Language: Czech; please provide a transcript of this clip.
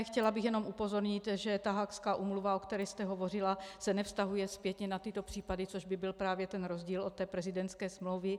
Chtěla bych jenom upozornit, že ta Haagská úmluva, o které jste hovořila, se nevztahuje zpětně na tyto případy, což by byl právě rozdíl od té prezidentské smlouvy.